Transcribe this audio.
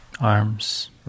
Arms